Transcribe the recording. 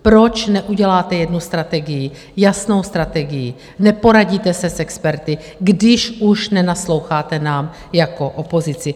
Proč neuděláte jednu strategii, jasnou strategii, neporadíte se s experty, když už nenasloucháte nám jako opozici?